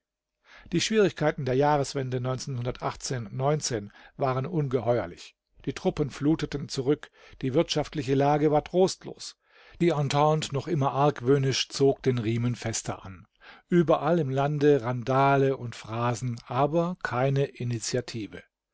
die schwierigkeiten der jahreswende waren ungeheuerlich die truppen fluteten zurück die wirtschaftliche lage war trostlos die entente noch immer argwöhnisch zog den riemen fester an überall im lande randal und phrasen aber keine initiative